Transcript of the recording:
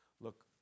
look